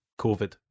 COVID